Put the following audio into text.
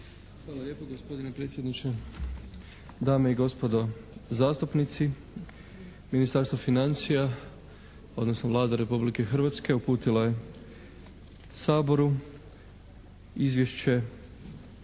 Hvala lijepo gospodine predsjedniče. Dame i gospodo zastupnici. Ministarstvo financija, odnosno Vlada Republike Hrvatske uputila je Saboru Izvješće